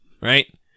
right